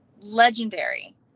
legendary